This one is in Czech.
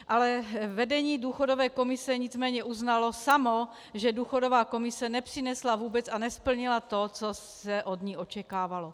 Ale vedení důchodové komise nicméně uznalo samo, že důchodová komise nepřinesla vůbec a nesplnila to, co se od ní očekávalo.